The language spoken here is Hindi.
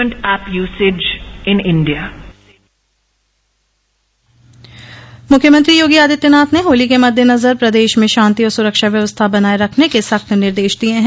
मूख्यमंत्री योगी आदित्यनाथ ने होली के मददेनजर प्रदेश में शांति आर सुरक्षा व्यवस्था बनाये रखने के सख्त निर्देश दिये हैं